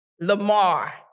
Lamar